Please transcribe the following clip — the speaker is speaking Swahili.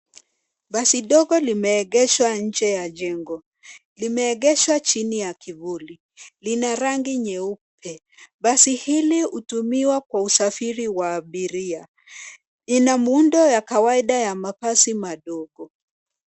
Basi dogo limeegesho nje ya jengo. Limeegeshwa chini ya kivuli, lina rangi nyeupe. Basi hili hutumiwa kwa usafiri wa abiria. Ina muundo wa kawaida ya mabasi madogo.